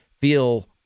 feel